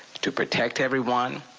to protect everyone,